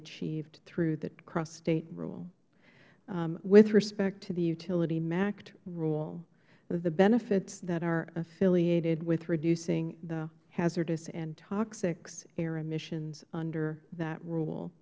achieved through the crossstate rule with respect to the utility mact rule the benefits that are affiliated with reducing the hazardous and toxics air emissions under that rule